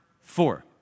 four